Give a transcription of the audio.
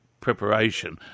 preparation